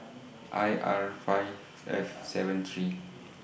I R five F seven three